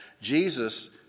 Jesus